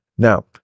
Now